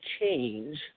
change